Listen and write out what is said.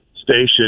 Station